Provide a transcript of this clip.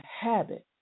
habit